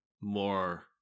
more